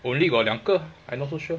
only got 两个 I not so sure